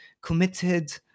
committed